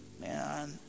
Man